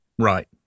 Right